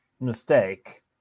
mistake